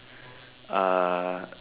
uh